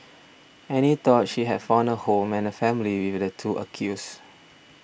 Annie thought she had found a home and a family with the two accused